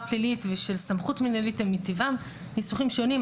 פלילית ושל סמכות מנהלית הם מטבעם ניסוחים שונים.